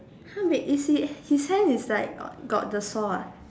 !huh! wait is he his hand is like got got the saw ah